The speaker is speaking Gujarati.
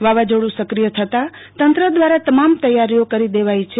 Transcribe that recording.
વાવાઝોડું સક્રિય થતાં તંત્ર દ્વારા તમામ તૈયારીઓ કરી દેવાઇ છે